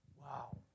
Wow